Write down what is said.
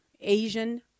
Asian